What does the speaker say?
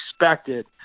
expected